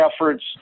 efforts